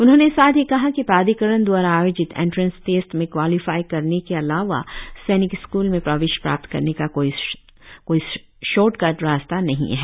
उन्होंने साथ ही कहा कि प्राधिकरण द्वारा आयोजित एंटरेंस टेस्ट में क्वालीफाई करने के अलावा सैनिक स्कूल में प्रवेश प्राप्त करने का कोई सॉर्टकट रास्ता नहीं है